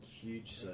huge